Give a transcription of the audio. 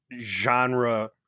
genre